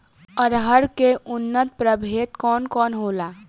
अरहर के उन्नत प्रभेद कौन कौनहोला?